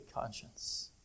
conscience